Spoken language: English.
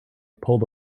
pulled